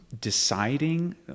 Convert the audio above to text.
deciding